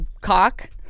cock